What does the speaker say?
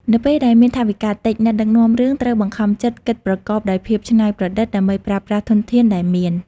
នៅពេលដែលមានថវិកាតិច អ្នកដឹកនាំរឿងត្រូវបង្ខំចិត្តគិតប្រកបដោយភាពច្នៃប្រឌិត ដើម្បីប្រើប្រាស់ធនធានដែលមាន។